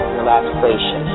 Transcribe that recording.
relaxation